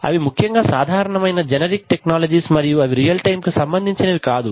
అవి ముఖ్యంగా సాధారణమైన జనరిక్ టెక్నాలజీస్ మరియు అవి రియల్ టైం కు సంబంధించినవి కావు